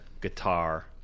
guitar